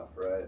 right